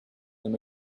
dann